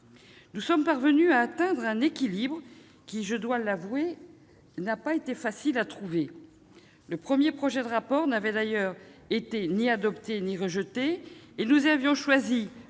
Nous sommes parvenus à atteindre un équilibre qui, je dois l'avouer, n'a pas été facile à trouver. Le premier projet de rapport n'avait d'ailleurs été ni adopté ni rejeté, et nous avions choisi,